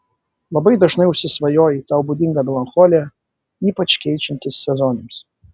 labai dažnai užsisvajoji tau būdinga melancholija ypač keičiantis sezonams